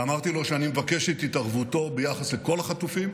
ואמרתי לו שאני מבקש את התערבותו ביחס לכל החטופים,